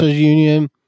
union